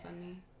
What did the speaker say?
funny